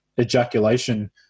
ejaculation